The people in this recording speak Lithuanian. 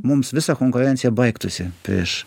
mums visa konkurencija baigtųsi prieš